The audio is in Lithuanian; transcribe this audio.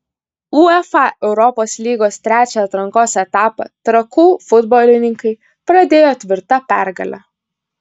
uefa europos lygos trečią atrankos etapą trakų futbolininkai pradėjo tvirta pergale